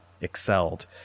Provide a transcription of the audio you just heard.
excelled